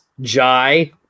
jai